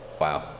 wow